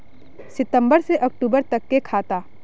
सितम्बर से अक्टूबर तक के खाता?